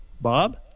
Bob